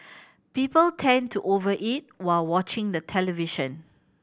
people tend to over eat while watching the television